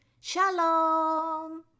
Shalom